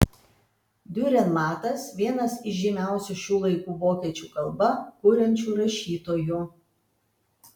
diurenmatas vienas iš žymiausių šių laikų vokiečių kalba kuriančių rašytojų